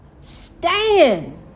Stand